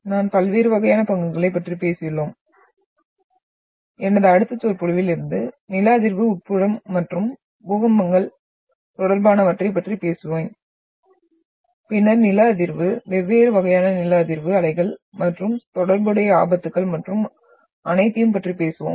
நாம் பல்வேறு வகையான பங்குகளைப் பற்றிப் பேசியுள்ளோம் எனது அடுத்த சொற்பொழிவில் இருந்து நில அதிர்வு உட்புறம் மற்றும் பூகம்பங்கள் தொடர்பானவற்றைப் பற்றி பேசுவேன் பின்னர் நில அதிர்வு வெவ்வேறு வகையான நில அதிர்வு அலைகள் மற்றும் தொடர்புடைய ஆபத்துகள் மற்றும் அனைத்தையும் பற்றி பேசுவோம்